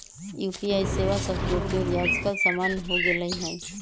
UPI सेवा सभके उपयोग याजकाल सामान्य हो गेल हइ